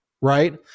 right